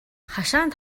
хашаанд